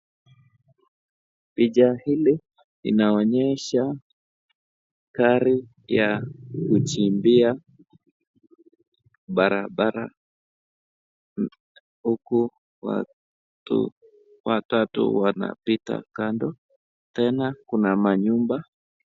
Picha hili inaonyesha Gari ya kuchimbia barabara huku watu watatu wanapita kando tena kuna manyumba.